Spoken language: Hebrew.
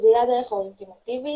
זו הדרך האולטימטיבית,